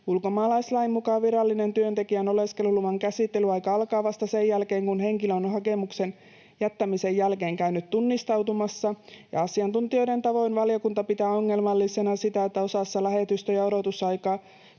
Ulkomaalaislain mukaan virallinen työntekijän oleskeluluvan käsittelyaika alkaa vasta sen jälkeen, kun henkilö on hakemuksen jättämisen jälkeen käynyt tunnistautumassa, ja asiantuntijoiden tavoin valiokunta pitää ongelmallisena sitä, että osassa lähetystöjä odotusaikaa